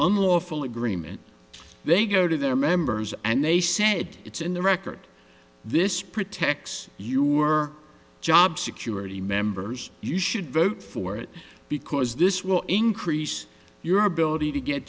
unlawful agreement they go to their members and they said it's in the record this protects you were job security members you should vote for it because this will increase your ability to get